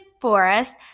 forest